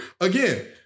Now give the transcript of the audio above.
Again